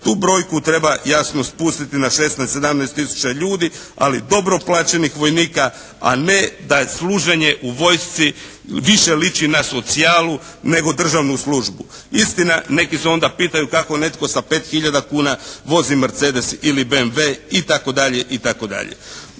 Tu brojku treba jasno spustiti na 16-17 tisuća ljudi ali dobro plaćenih vojnika a ne da služenje u vojski više liči na socijalu nego državnu službu. Istina, neki se onda pitaju kako netko sa 5 hiljada kuna vozi Mercedes ili BMW itd. No, isto tako